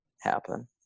happen